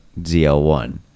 ZL1